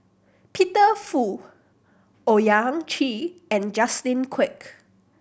Peter Fu Owyang Chi and Justin Quek